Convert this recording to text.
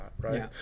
right